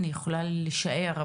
אני יכולה לשער,